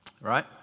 Right